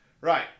Right